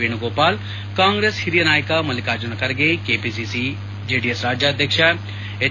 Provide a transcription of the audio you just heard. ವೇಣುಗೋಪಾಲ್ ಕಾಂಗ್ರೆಸ್ ಹಿರಿಯ ನಾಯಕ ಮಲ್ಲಿಕಾರ್ಜುನ ಖರ್ಗೆ ಜೆಡಿಎಸ್ ರಾಜ್ಗಾಧ್ವಕ್ಷ ಹೆಚ್